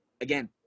Again